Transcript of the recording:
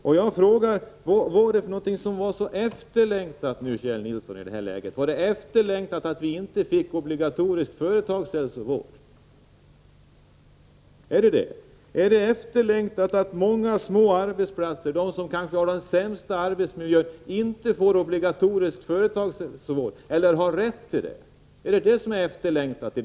Jag vill fråga Kjell Nilsson: Vad var det som var så efterlängtat i detta läge? Var det att inte införa en obligatorisk företagshälsovård? Var det att många små arbetsplatser, som kanske har den sämsta arbetsmiljön, inte skall ha rätt till obligatorisk företagshälsovård?